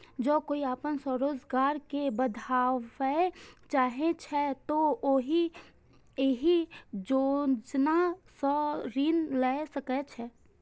जौं कोइ अपन स्वरोजगार कें बढ़ाबय चाहै छै, तो उहो एहि योजना सं ऋण लए सकै छै